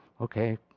okay